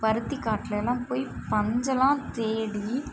பருத்தி காட்டுலலாம் போய் பஞ்செல்லாம் தேடி